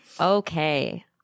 Okay